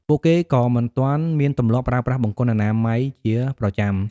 ពួកគេក៏មិនទាន់មានទម្លាប់ប្រើប្រាស់បង្គន់អនាម័យជាប្រចាំ។